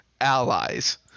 allies